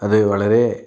അത് വളരെ